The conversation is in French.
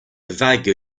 vagues